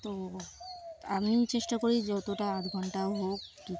তো আমিও চেষ্টা করি যতটা আধ ঘণ্টা হোক